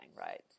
right